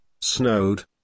snowed